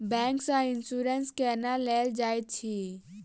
bank सँ insurance केना लेल जाइत अछि